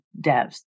devs